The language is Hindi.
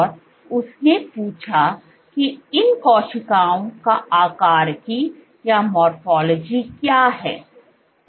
और उसने पूछा कि इन कोशिकाओं का आकारिकी क्या है